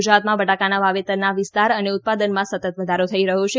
ગુજરાતમાં બટાકાના વાવેતરના વિસ્તાર અને ઉત્પાદનમાં સતત વધારો થઇ રહ્યો છે